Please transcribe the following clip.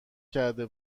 کرده